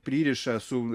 pririša su